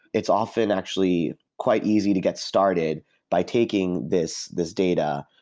it's often actually quite easy to get started by taking this this data,